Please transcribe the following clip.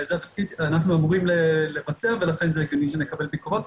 אנחנו אמורים לבצע ולכן זה הגיוני שנקבל ביקורות,